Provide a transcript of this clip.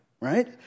right